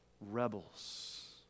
rebels